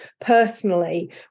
personally